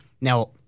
now